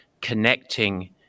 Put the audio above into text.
connecting